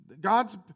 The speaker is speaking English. God's